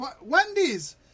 Wendy's